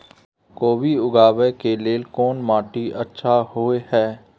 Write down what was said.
कोबी उगाबै के लेल कोन माटी अच्छा होय है?